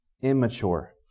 immature